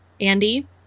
Andy